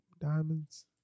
Diamonds